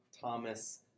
Thomas